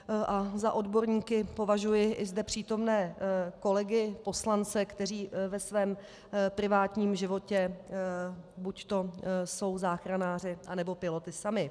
A za odborníky považuji i zde přítomné kolegy poslance, kteří ve svém privátním životě buď jsou záchranáři, anebo piloty sami.